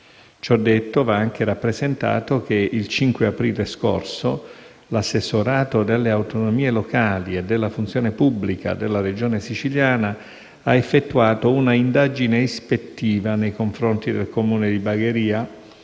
Ciò detto, va anche rappresentato che il 5 aprile scorso l'assessorato delle autonomie locali e della funzione pubblica della Regione Siciliana ha effettuato una indagine ispettiva nei confronti del Comune di Bagheria